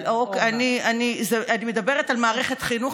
אני מדברת על מערכת חינוך.